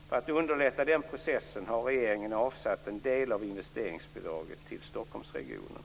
För att underlätta den processen har regeringen avsatt en del av investeringsbidraget till Stockholmsregionen.